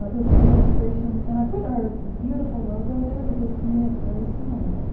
ah you'll see the illustration, and i put our beautiful logo there, because to me it's very similar.